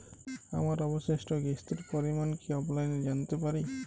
আমার অবশিষ্ট কিস্তির পরিমাণ কি অফলাইনে জানতে পারি?